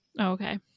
Okay